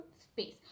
space